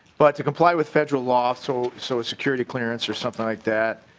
but to comply with federal law so so security clearance or something like that